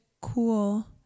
cool